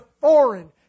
foreign